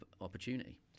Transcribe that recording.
opportunity